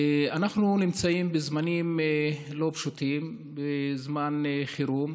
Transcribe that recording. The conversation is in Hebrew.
אנחנו נמצאים בזמנים לא פשוטים, בזמן חירום.